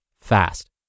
fast